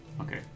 okay